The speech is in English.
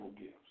gifts